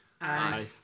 Aye